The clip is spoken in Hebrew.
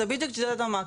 זה בדיוק המצב.